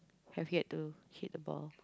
I get to hit the ball